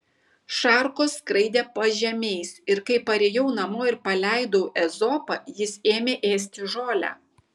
šarkos skraidė pažemiais ir kai parėjau namo ir paleidau ezopą jis ėmė ėsti žolę